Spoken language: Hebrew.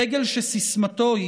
דגל שסיסמתו: